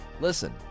Listen